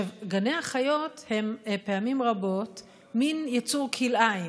גני החיות הם פעמים רבות מין יצור כלאיים,